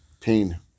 pain